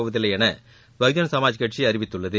போவதில்லை என பகுஜன் சமாஜ் கட்சி அறிவித்துள்ளது